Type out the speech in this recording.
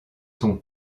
son